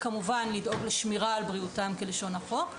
כמובן - לדאוג לשמירה על בריאותם כלשון החוק,